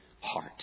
heart